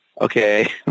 okay